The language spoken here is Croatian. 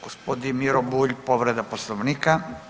Gospodin Miro Bulj povreda Poslovnika.